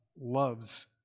loves